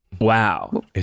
Wow